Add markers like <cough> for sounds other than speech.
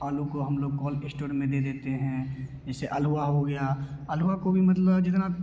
आलू को हम लोग <unintelligible> इश्टोर में दे देते हैं जेसे अल्हुआ हो गया अल्हुआ को भी मतलब जितना